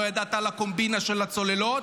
לא ידעת על הקומבינה של הצוללות,